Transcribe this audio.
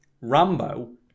Rambo